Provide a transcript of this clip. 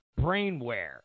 brainware